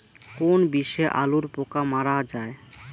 কোন বিষে আলুর পোকা মারা যায়?